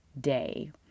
day